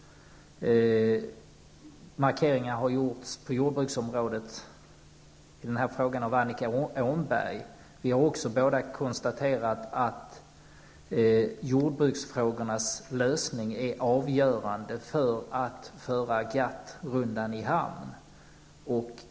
Det har på jordbruksområdet gjorts markeringar av Annika Åhnberg i den här frågan. Vi har båda konstaterat att jordbruksfrågornas lösning är avgörande för att GATT-rundan skall kunna föras i hamn.